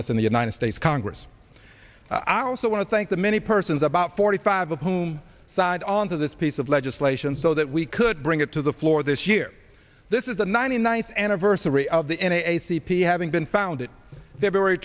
us in the united states congress i also want to thank the many persons about forty five of whom signed on to this piece of legislation so that we could bring it to the floor this year this is the ninety ninth anniversary of the a c p having been founded